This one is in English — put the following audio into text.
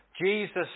Jesus